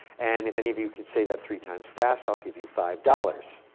and if any of you can say that three times fast i'll give you five dollars.